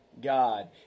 God